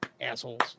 assholes